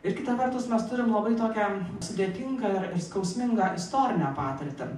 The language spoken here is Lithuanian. ir kita vertus mes turim labai tokią sudėtingą ir ir skausmingą istorinę patirtį